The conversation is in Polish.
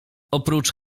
oprócz